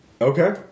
Okay